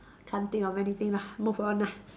can't think of anything lah move on ah